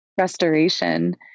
restoration